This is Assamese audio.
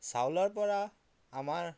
চাউলৰ পৰা আমাৰ